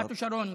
פלאטו שרון קיבל?